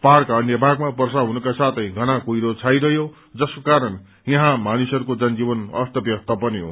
पहाड़का अन्य भागमा वर्षा हुनुका साथै घना कुहिरो छाइरहयो जसको कारण यहाँ मानिसहरूको जनजीवन अस्त ब्यस्त बन्यो